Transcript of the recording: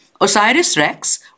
OSIRIS-REx